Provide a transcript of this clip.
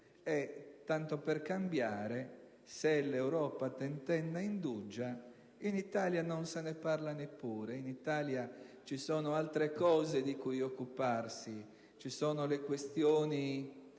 e, tanto per cambiare, se l'Europa tentenna e indugia in Italia non se ne parla neppure. In Italia ci sono altre cose di cui occuparsi: le questioni